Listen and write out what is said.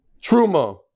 Truma